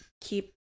keep